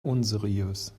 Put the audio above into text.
unseriös